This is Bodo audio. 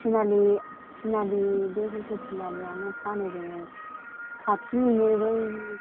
थिनालि थिनालिनि बे हुलथु थिनालिआवनो फानो जोङो खाथिनि बे बै